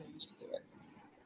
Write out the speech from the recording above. resource